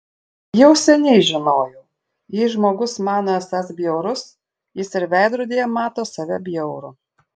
jau seniai žinojau jei žmogus mano esąs bjaurus jis ir veidrodyje mato save bjaurų